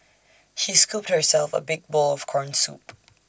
she scooped herself A big bowl of Corn Soup